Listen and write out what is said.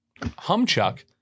humchuck